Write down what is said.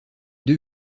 deux